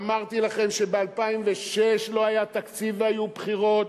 אמרתי לכם שב-2006 לא היה תקציב והיו בחירות,